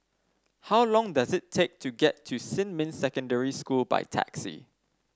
how long does it take to get to Xinmin Secondary School by taxi